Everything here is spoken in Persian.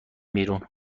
بیرون